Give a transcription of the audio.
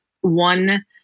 one